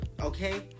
Okay